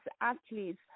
athletes